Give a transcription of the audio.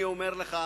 אני אומר לך,